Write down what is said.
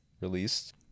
released